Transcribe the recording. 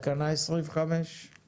25 טרם